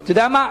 אתה יודע מה?